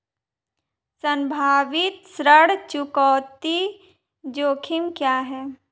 संभावित ऋण चुकौती जोखिम क्या हैं?